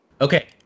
Okay